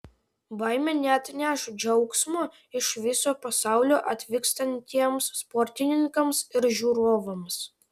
baimė neatneš džiaugsmo iš viso pasaulio atvykstantiems sportininkams ir žiūrovams